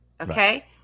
okay